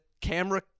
camera